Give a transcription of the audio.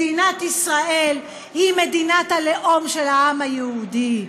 מדינת ישראל היא מדינת הלאום של העם היהודי,